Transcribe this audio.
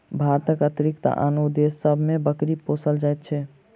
भारतक अतिरिक्त आनो देश सभ मे बकरी पोसल जाइत छै